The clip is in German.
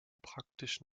praktisch